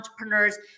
entrepreneurs